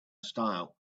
style